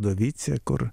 dovicė kur